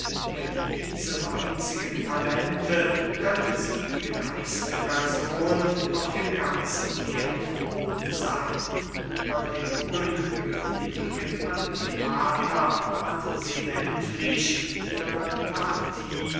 mit diesem einzigen talente könnte sie die reichste person auf dem ganzen erdboden seyn über den ungefügigen antipater hat sie endlich ihre partie